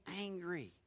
angry